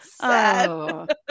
sad